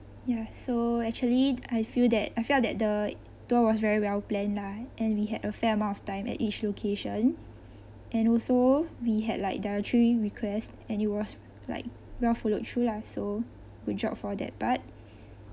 ya so actually I feel that I felt that the tour was very well planned lah and we had a fair amount of time at each location and also we had like dietary requests and it was like well followed through lah so good job for that part